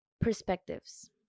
perspectives